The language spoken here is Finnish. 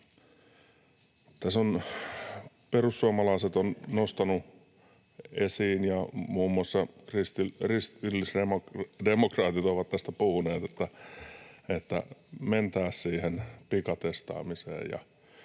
perussuomalaiset ovat nostaneet esiin ja muun muassa kristillisdemokraatit ovat tästä puhuneet, että mentäisiin siihen pikatestaamiseen.